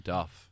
Duff